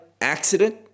accident